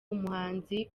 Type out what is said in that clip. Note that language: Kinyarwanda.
umuhanzi